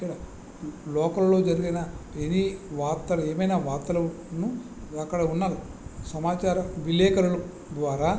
ఇక్కడ లోకల్లో జరిగిన ఎనీ వార్తలు ఏమైనా వార్తలను అక్కడ ఉన్న సమాచార విలేకరుల ద్వారా